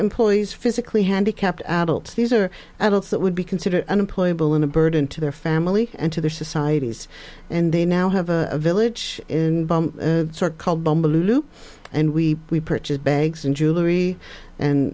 employees physically handicapped adults these are adults that would be considered unemployable in a burden to their family and to their societies and they now have a village in sort called bumble loop and we we purchased bags and jewellery and